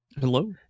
Hello